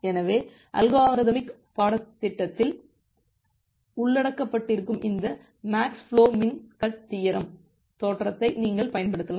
எனவே அல்காரிதமிக் பாடத்திட்டத்தில் உள்ளடக்கப்பட்டிருக்கும் இந்த max flow min cut theorem தேற்றத்தை நீங்கள் பயன்படுத்தலாம்